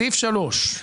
סעיף 3,